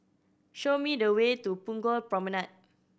show me the way to Punggol Promenade